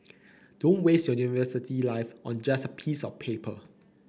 don't waste your university life on just a piece of paper